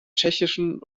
tschechischen